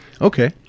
Okay